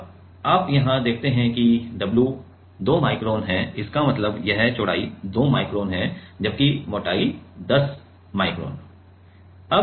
अब आप यहाँ देखते हैं कि w 2 माइक्रोन है इसका मतलब है यह चौड़ाई 2 माइक्रोन है जबकि मोटाई 10 माइक्रोन है